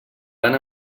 van